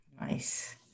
Nice